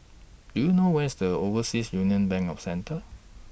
Do YOU know Where IS The Overseas Union Bank of Centre